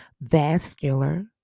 vascular